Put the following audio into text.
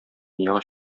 дөньяга